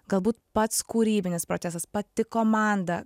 galbūt pats kūrybinis procesas pati komanda